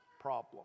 problem